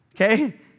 okay